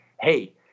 hey